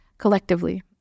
Collectively